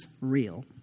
real